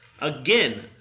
Again